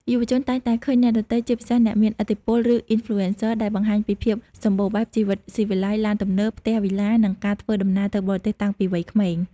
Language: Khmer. យុវជនតែងតែឃើញអ្នកដទៃ ជាពិសេសអ្នកមានឥទ្ធិពល ឬ Influencers ដែលបង្ហាញពីភាពសម្បូរបែប ជីវិតស៊ីវិល័យ ឡានទំនើប ផ្ទះវីឡា និងការធ្វើដំណើរទៅបរទេសតាំងពីវ័យក្មេង។